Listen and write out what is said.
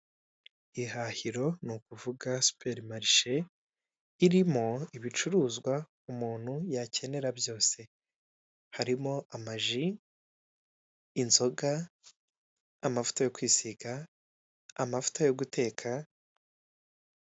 Ihahiro ni ukuvuga superimarishe, irimo ibicuruzwa umuntu yakenera byose. Harimo; amaji, inzoga, amavuta yo kwisiga, amavuta yo guteka.